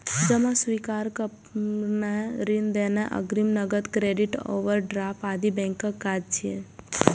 जमा स्वीकार करनाय, ऋण देनाय, अग्रिम, नकद, क्रेडिट, ओवरड्राफ्ट आदि बैंकक काज छियै